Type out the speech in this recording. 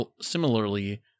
similarly